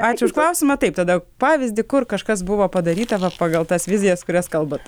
ačiū už klausimą taip tada pavyzdį kur kažkas buvo padaryta pagal tas vizijas kurias kalbat